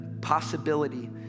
possibility